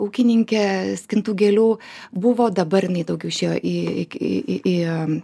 ūkininkė skintų gėlių buvo dabar jinai daugiau išėjo į į į į